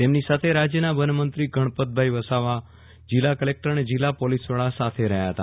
તેમની સાથે રાજયના વનમંત્રી ગણપતભાઈ વસાવા જીલ્લા કલેક્ટર અને જીલ્લા પોલીસ વડા સાથે રહ્યા હતા